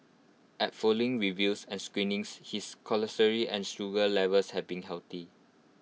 at following reviews and screenings his and sugar levels have been healthy